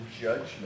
judgment